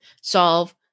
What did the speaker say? solve